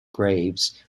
graves